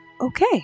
Okay